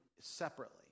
separately